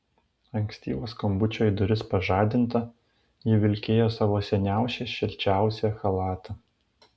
ankstyvo skambučio į duris pažadinta ji vilkėjo savo seniausią šilčiausią chalatą